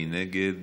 מי נגד?